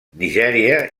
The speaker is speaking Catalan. nigèria